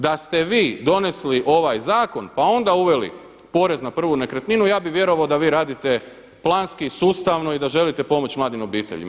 Da ste vi donesli ovaj zakon, pa onda uveli porez na prvu nekretninu, ja bih vjerovao da vi radite planski, sustavno i da želite pomoći mladim obiteljima.